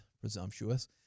Presumptuous